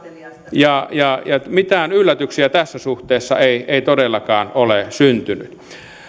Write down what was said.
mitään yllätyksiä tässä suhteessa ei ei todellakaan ole syntynyt